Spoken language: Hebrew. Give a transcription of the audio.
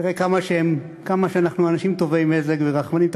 תראה כמה שאנחנו אנשים טובי מזג ורחמנים.